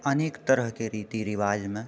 अनेक तरहकेँ रीति रिवाजमे